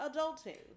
adulting